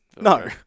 No